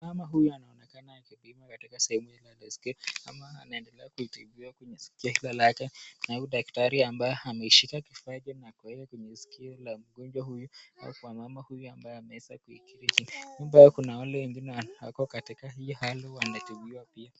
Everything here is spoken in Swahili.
Mama huyu anaonekana akipimwa katika sememu ya masikio ama anendelea kutibiwa kwenye sikio lake na huyu daktari ambaye ameshika kifaa kwenye sikio la ya mgonjwa huyu alafu mama huyu ambaye ameweza kuikiri. Nyuma kuna wale wengine ambao wako katika hii hali wanatibiwa pia.